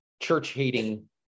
church-hating